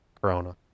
Corona